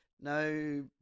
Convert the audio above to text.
No